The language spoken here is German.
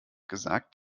gesagt